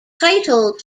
titled